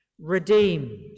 Redeemed